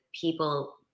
people